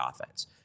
offense